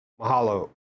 Mahalo